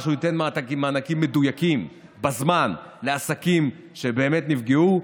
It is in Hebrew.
אמר שהוא ייתן מענקים מדויקים בזמן לעסקים שבאמת נפגעו,